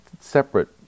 separate